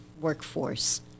workforce